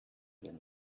denn